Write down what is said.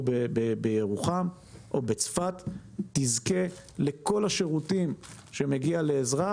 בירוחם או בצפת תזכה לכל השירותי9ם שמגיעים לאזרח,